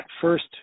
first